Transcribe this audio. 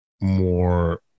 more